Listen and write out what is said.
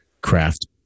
craft